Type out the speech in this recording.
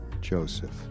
Joseph